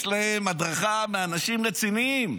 יש להם הדרכה מאנשים רציניים,